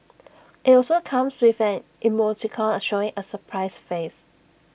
IT also comes with an emoticon showing A surprised face